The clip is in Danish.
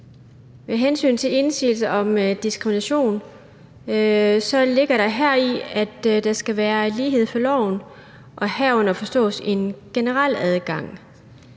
Med hensyn til indsigelsen, der handler om diskrimination, ligger der heri, at der skal være lighed for loven og herunder forstås en generel adgang.